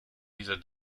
dieser